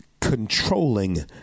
controlling